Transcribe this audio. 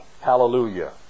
hallelujah